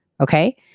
Okay